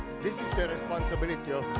this is the responsibility